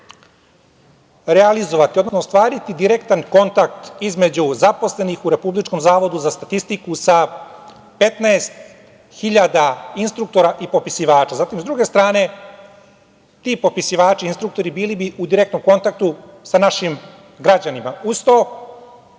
realizovati, odnosno ostvariti direktan kontakt između zaposlenih u Republičkom zavodu za statistiku sa 15.000 instruktora i popisivača. S druge strane, ti popisivači instruktori bili bi u direktnom kontaktu sa našim građanima. Uz to,